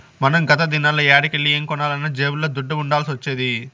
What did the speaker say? మనం గత దినాల్ల యాడికెల్లి ఏం కొనాలన్నా జేబుల్ల దుడ్డ ఉండాల్సొచ్చేది